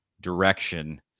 direction